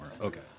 Okay